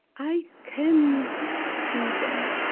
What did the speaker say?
i can see that,